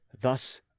thus